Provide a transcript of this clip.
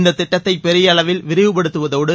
இந்த திட்டத்தை பெரிய அளவில் விரிவுபடுத்துவதோடு